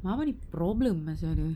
apa ni problem lah sia ada